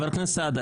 חבר הכנסת סעדה,